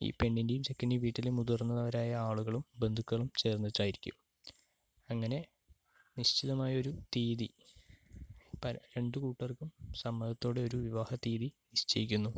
ഈ പെണ്ണിന്റേയും ചെക്കന്റേയും വീട്ടിലെ മുതിർന്നവരായ ആളുകളും ബന്ധുക്കളും ചേർന്നിട്ടായിരിക്കും അങ്ങനെ നിശ്ചിതമായ ഒരു തീയതി ഇപ്പോൾ രണ്ടു കൂട്ടർക്കും സമ്മതതോടെ ഒരു വിവാഹത്തീയതി നിശ്ചയിക്കുന്നു